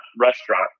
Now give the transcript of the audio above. restaurant